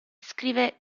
scrive